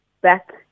back